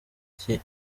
iki